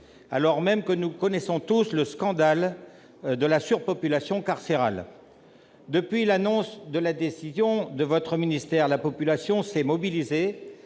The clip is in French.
alors même que nous connaissons tous le scandale de la surpopulation carcérale. Depuis l'annonce de la décision du ministère de la justice, la population s'est mobilisée